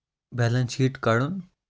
balance sheet کَڈُن